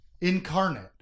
incarnate